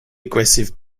aggressive